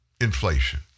Inflation